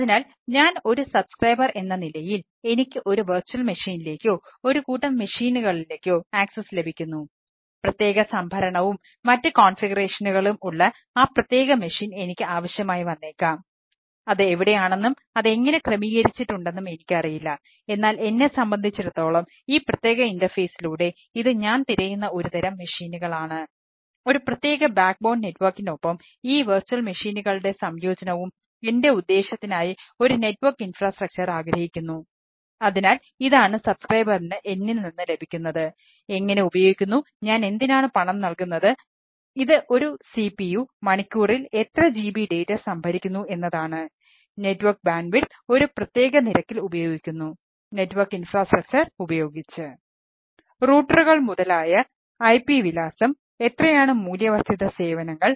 അതിനാൽ ഞാൻ ഒരു സബ്സ്ക്രൈബർ നിരീക്ഷിക്കുന്നത് പോലെ അത്തരത്തിലുള്ളവയാണ് മൂല്യവർദ്ധിത സേവനങ്ങൾ